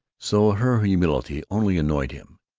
so her humility only annoyed him.